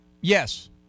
Yes